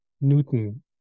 Newton